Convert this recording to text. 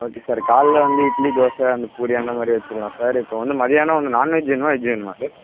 okay sir காலையில் வந்து இட்லி தோசை அந்த பூரி அந்த மாதிரி வைச்சுர்லாம் சார் இப்போ வந்து மத்தியானம் வந்து நான்வெஜ் வேணுமா வெஜ் வேணுமா சார்